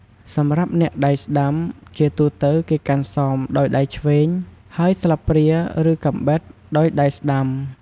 សម្រាប់អ្នកដៃស្តាំ ជាទូទៅ គេកាន់ សម ដោយដៃឆ្វេង ហើយ ស្លាបព្រា ឬ កាំបិត ដោយដៃស្តាំ។